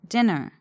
Dinner